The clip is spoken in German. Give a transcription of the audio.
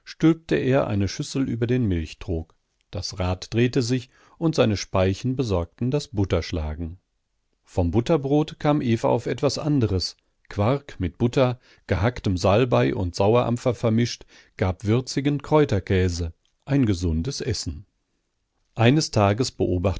stülpte er eine schüssel über den milchtrog das rad drehte sich und seine speichen besorgten das butterschlagen vom butterbrot kam eva auf etwas anderes quark mit butter gehacktem salbei und sauerampfer vermischt gab würzigen kräuterkäse ein gesundes essen eines tages